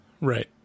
Right